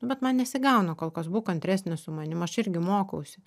nu bet man nesigauna kolkas būk kantresnis su manim aš irgi mokausi